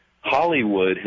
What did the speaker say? Hollywood